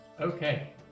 okay